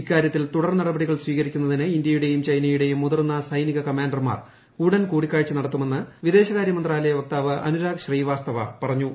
ഇക്കാര്യത്തിൽ തുടർ നടപടികൾ സ്വീകരിക്കുന്നതിന് ഇന്ത്യയുടെയും ചൈനയുടെയും മുതിർന്ന സൈനിക കമാൻഡർമാർ ഉടൻ കൂടിക്കാഴ്ച നടത്തുമെന്ന് വിദേശകാര്യ മന്ത്രാലയ വക്താവ് അനുരാഗ് ശ്രീവാസ്തവ പറഞ്ഞു